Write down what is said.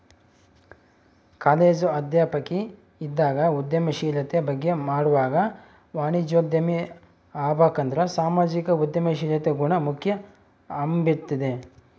college ಅಧ್ಯಾಪಕಿ ಇದ್ದಾಗ ಉದ್ಯಮಶೀಲತೆ ಬಗ್ಗೆ ಮಾಡ್ವಾಗ ವಾಣಿಜ್ಯೋದ್ಯಮಿ ಆಬಕಂದ್ರ ಸಾಮಾಜಿಕ ಉದ್ಯಮಶೀಲತೆ ಗುಣ ಮುಖ್ಯ ಅಂಬ್ತಿದ್ದೆ